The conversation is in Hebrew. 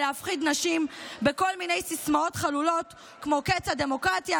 בלהפחיד נשים בכל מיני סיסמאות חלולות כמו קץ הדמוקרטיה,